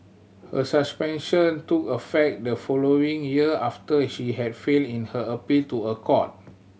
her suspension took effect the following year after she had failed in her appeal to a court